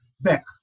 back